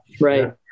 right